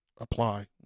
apply